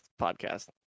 podcast